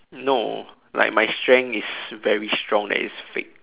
no like my strength is very strong that is fake